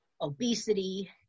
obesity